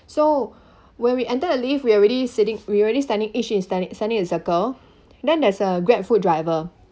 so when we entered the lift we already sitting we already standing eh sh~ standing standing in a circle then there's a grab food driver